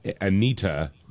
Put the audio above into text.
Anita